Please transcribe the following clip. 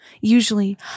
Usually